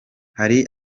hari